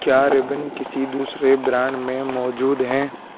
کیا ربن کسی دوسرے برانڈ میں موجود ہیں